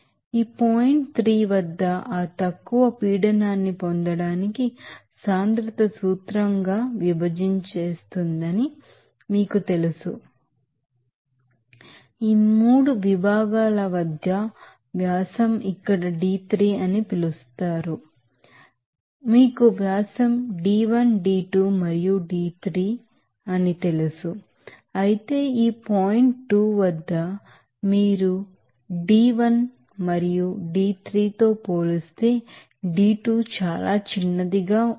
ఈ point 3 వద్ద ఆ తక్కువ ప్రెషర్ పొందడానికి డెన్సిటీ సాంద్రత ఫార్ములా గా ఇది విభేదిస్తుందని మీకు తెలుసు ఈ 3 విభాగాల వద్ద వ్యాసం ఇక్కడ d3అని మీరు చూస్తారు మీకు వ్యాసం d1 d2 మరియు d3 తెలుసు అయితే ఈ పాయింట్ 2 వద్ద మీరు డి d1 మరియు d3తోపోలిస్తే d2 చాలా చిన్నదిగా చూస్తారు